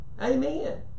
Amen